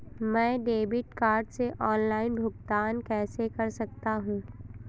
मैं debit card से online भुगतान कैसे कर सकता हूँ?